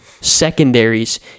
secondaries